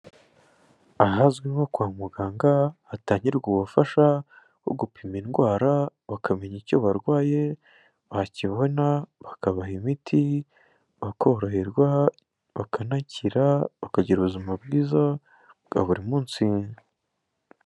Ahazwi nko kwa muganga hatangirwa ubufasha bwo gupima indwara bakamenya icyo barwaye ,bakibona bakabaha imiti bakoroherwa, bakanakira bakagira ubuzima bwiza bwa buri munsi.